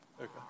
Okay